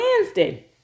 Wednesday